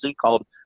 called